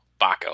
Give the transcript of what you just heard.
Baco